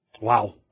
Wow